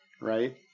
right